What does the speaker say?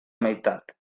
meitat